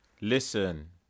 listen